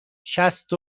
شصت